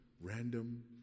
random